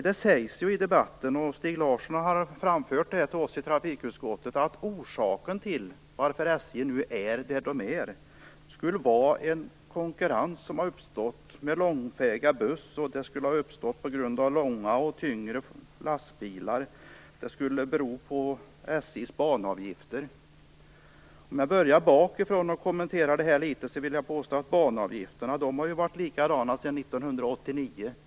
Det sägs ju i debatten, och Stig Larsson har framfört det till oss i trafikutskottet, att orsaken till att SJ är där de är skulle vara den konkurrens som har uppstått med långväga bussar. Det här skulle ha uppstått på grund av långa och tyngre lastbilar, och det skulle bero på SJ:s banavgifter. Jag börjar att kommentera det bakifrån. Jag vill påstå att banavgifterna har varit likadana sedan år 1989.